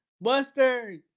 Buster